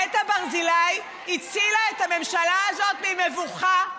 נטע ברזילי הצילה את הממשלה הזאת ממבוכה.